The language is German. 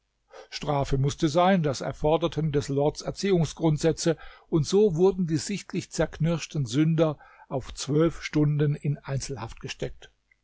strafe mußte sein das erforderten des lords erziehungsgrundsätze und so wurden die sichtlich zerknirschten sünder auf zwölf stunden in einzelhaft gesteckt